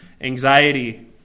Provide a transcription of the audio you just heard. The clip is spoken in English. anxiety